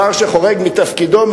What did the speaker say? שר שחורג מתפקידו,